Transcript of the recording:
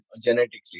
genetically